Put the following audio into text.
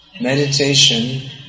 Meditation